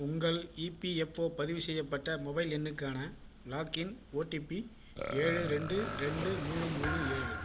உங்கள் இபிஎஃப்ஓ பதிவு செய்யப்பட்ட மொபைல் எண்ணுக்கான லாக்இன் ஓடிபி ஏழு ரெண்டு ரெண்டு மூணு மூணு ஏழு